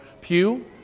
pew